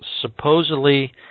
supposedly